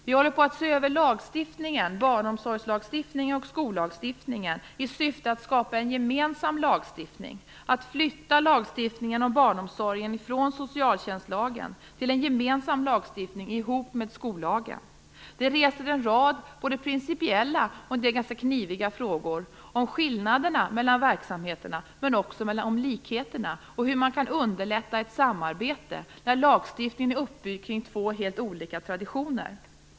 Vi håller på att se över lagstiftningen, barnomsorgslagstiftningen och skollagstiftningen, i syfte att skapa en gemensam lagstiftning och att flytta lagstiftningen om barnomsorgen från socialtjänstlagen till en gemensam lagstiftning tillsammans med skollagen. Det reser en rad principiella och kniviga frågor om skillnaderna mellan verksamheterna, men också om likheterna, och hur man kan underlätta ett samarbete när lagstiftningen är uppbyggd kring två helt olika traditioner.